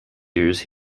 years